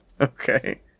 okay